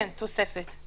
כן, תוספת.